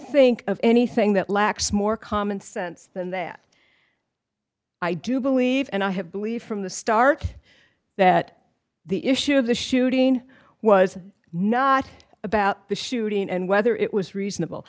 think of anything that lacks more common sense than that i do believe and i have believed from the start that the issue of the shooting was not about the shooting and whether it was reasonable